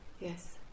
yes